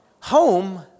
Home